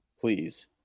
please